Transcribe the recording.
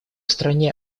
стране